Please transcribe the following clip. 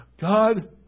God